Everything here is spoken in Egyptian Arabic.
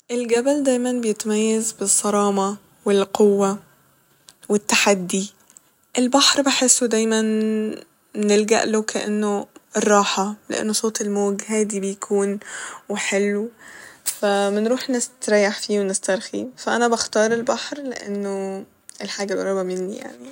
الجبل دايما بيتميز بالصرامة والقوة والتحدي ، البحر بحسه دايما بنلجأله كإنه راحة لإنه صوت الموج هادي بيكون و حلو ف بنروح نستريح فيه ونسترخي ف انا بختار البحر لإنه الحاجة القريبة مني يعني